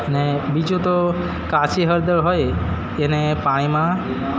ને બીજું તો કાચી હળદર હોય એને પાણીમાં